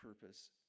purpose